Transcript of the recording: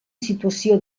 situació